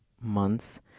months